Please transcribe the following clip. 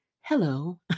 Hello